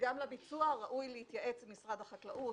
שגם לביצוע ראוי להתייעץ עם משרד הבריאות.